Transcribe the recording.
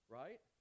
right